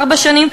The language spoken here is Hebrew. ארבע שנים.